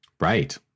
Right